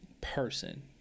person